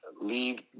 leave